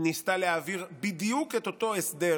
ניסתה להעביר בדיוק את אותו הסדר